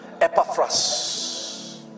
Epaphras